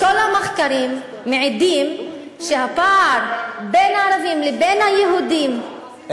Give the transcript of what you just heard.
כל המחקרים מעידים שהפער בין הערבים לבין היהודים,